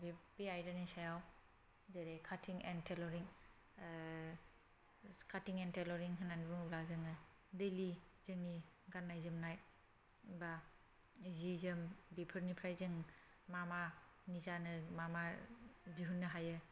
बे आयदानि सायाव जेरै cutting and tailoring cutting and tailoring होननानै बुङोब्ला जोङो दैलि जोंनि गाननाय जोमनाय एबा जि जोम बेफोरनिफ्राय जों मा मा निजानो मा मा दिहुननो हायो